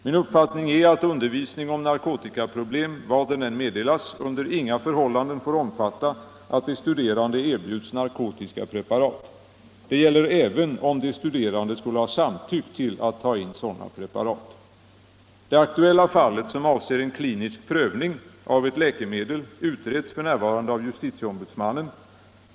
Min uppfattning är att undervisning om narkotikaproblem var den än meddelas under inga förhållanden får omfatta att de studerande erbjuds narkotiska preparat. Det gäller även om de studerande skulle ha samtyckt till att ta in sådana preparat. Det aktuella fallet, som avser en klinisk prövning av ett läkemedel, utreds f.n. av justitieombudsmannen.